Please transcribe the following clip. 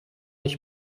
ich